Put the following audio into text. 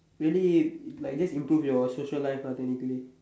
really like just improve your social life lah technically